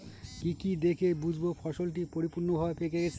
কি কি দেখে বুঝব ফসলটি পরিপূর্ণভাবে পেকে গেছে?